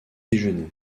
déjeuner